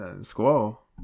Squall